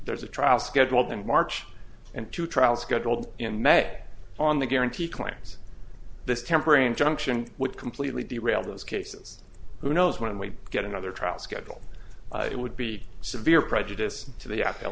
there's a trial scheduled in march and two trial scheduled in may on the guarantee claims this temporary injunction would completely derail those cases who knows when we get another trial schedule it would be severe prejudice